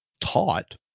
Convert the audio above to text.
taught